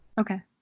Okay